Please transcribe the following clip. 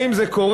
האם זה קורה?